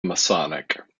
masonic